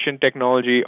technology